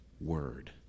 word